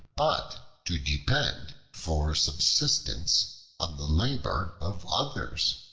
but to depend for subsistence on the labor of others.